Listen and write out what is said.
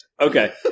Okay